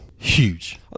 Huge